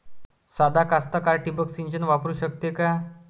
सादा कास्तकार ठिंबक सिंचन वापरू शकते का?